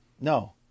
No